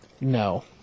No